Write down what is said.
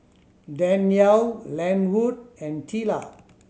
Danyel Lenwood and Teela